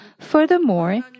Furthermore